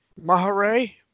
Mahare